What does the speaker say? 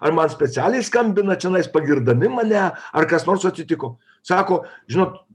ar man specialiai skambinat čionais pagirdami mane ar kas nors atsitiko sako žinot